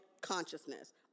Consciousness